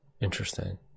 Interesting